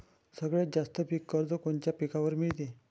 सगळ्यात जास्त पीक कर्ज कोनच्या पिकावर मिळते?